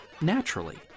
naturally